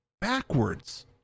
backwards